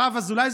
הרב אזולאי,